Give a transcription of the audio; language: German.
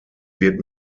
wird